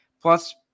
plus